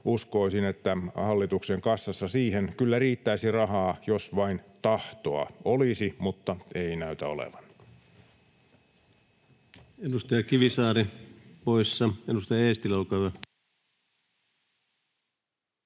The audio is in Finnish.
uskoisin, että hallituksen kassassa siihen kyllä riittäisi rahaa, jos vain tahtoa olisi — mutta ei näytä olevan.